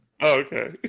Okay